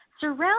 Surround